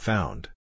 Found